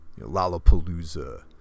Lollapalooza